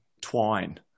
twine